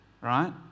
right